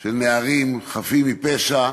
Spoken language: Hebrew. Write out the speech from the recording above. של נערים חפים מפשע,